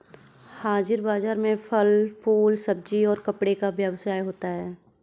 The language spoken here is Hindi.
हाजिर बाजार में फल फूल सब्जी और कपड़े का व्यवसाय होता है